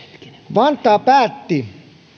vantaa päätti